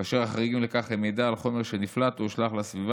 כאשר החריגים לכך הם מידע על חומר שנפלט או הושלך לסביבה,